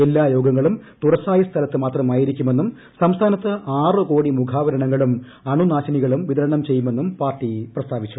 എല്ലാ യോഗങ്ങളും തുറസ്സായ സ്ഥലത്ത് മാത്രമായിരിക്കുമെന്നും സംസ്ഥാനത്ത് ആറ് കോടി മുഖാവരണങ്ങളും അണുനാശിനികളും വിതരണം ചെയ്യുമെന്നും പാർട്ടി പ്രസ്താവിച്ചു